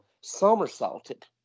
somersaulted